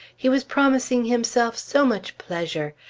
he was promising himself so much pleasure!